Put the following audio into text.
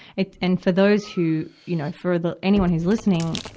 it, and for those who, you know, for the, anyone who's listening,